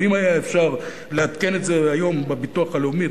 אם היה אפשר לעדכן את זה היום בביטוח הלאומי,